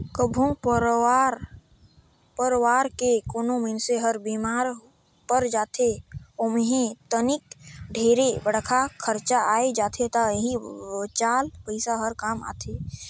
कभो परवार के कोनो मइनसे हर बेमार पर जाथे ओम्हे तनिक ढेरे बड़खा खरचा आये जाथे त एही बचाल पइसा हर काम आथे